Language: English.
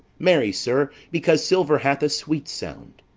marry, sir, because silver hath a sweet sound.